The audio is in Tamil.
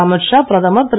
அமித் ஷா பிரதமர் திரு